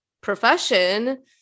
profession